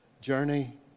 journey